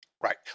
Right